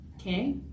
Okay